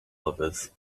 lovers